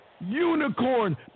unicorn